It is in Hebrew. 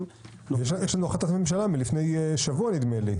--- יש לנו החלטת ממשלה מלפני שבוע נדמה לי.